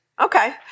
Okay